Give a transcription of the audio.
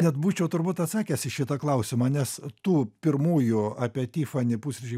net būčiau turbūt atsakęs į šitą klausimą nes tų pirmųjų apie tifani pusryčiai